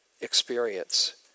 experience